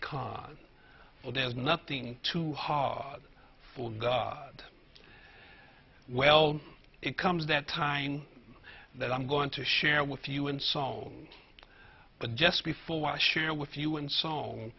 well there's nothing too hard for god well it comes that time that i'm going to share with you and so on but just before i share with you and so